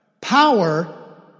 Power